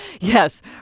Yes